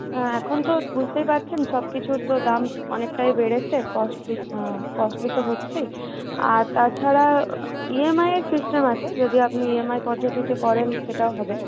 এখন তো বুঝতেই পারছেন সবকিছুর তো দাম অনেকটাই বেড়েছে কস্টলি কস্টলি তো হচ্ছেই আর তাছাড়া ইএমআইয়ের সিস্টেম আছে যদি আপনি ই এম আই পদ্ধতিতে করেন সেটাও হবে